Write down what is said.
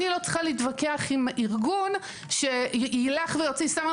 אני לא צריכה להתווכח עם ארגון שיילך ויוציא סמל